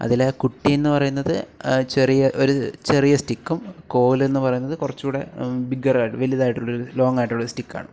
അതിൽ കുട്ടി എന്ന് പറയുന്നത് ചെറിയ ഒരു ചെറിയ സ്റ്റിക്കും കോലെന്ന് പറയുന്നത് കുറച്ചു കൂടെ ബിഗ്ഗെറായിട്ട് വലുതായിട്ടുള്ള ഒരു ലോംഗായിട്ടുള്ള ഒരു സ്റ്റിക്ക് ആണ്